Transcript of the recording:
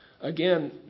Again